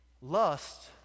Lust